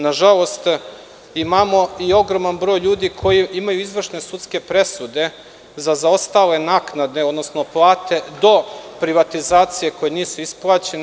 Nažalost, imamo i ogroman broj ljudi koji imaju izvršne sudske presude za zaostale naknade, odnosno plate, do privatizacije koje nisu isplaćene.